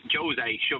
Jose